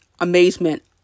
amazement